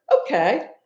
Okay